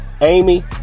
Amy